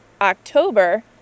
October